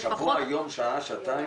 שבוע, יום, שעה, שעתיים?